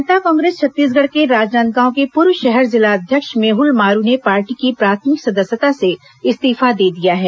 जनता कांग्रेस छत्तीसगढ़ के राजनादगांव के पूर्व शहर जिला अध्यक्ष मेहुल मारू ने पार्टी की प्राथमिक सदस्यता से इस्तीफा दे दिया है